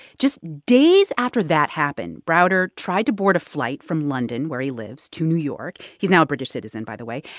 just days after that happened, browder tried to board a flight from london, where he lives, to new york. he's now a british citizen, by the way.